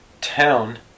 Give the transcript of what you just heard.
town